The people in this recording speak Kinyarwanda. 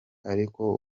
ariko